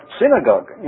synagogue